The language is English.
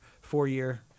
four-year